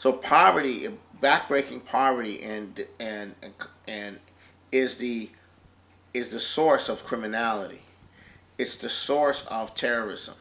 so poverty and back breaking poverty and and and is the is the source of criminality it's the source of terrorism